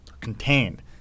contained